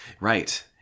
Right